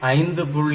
5 5